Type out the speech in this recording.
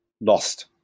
lost